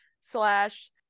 slash